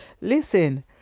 Listen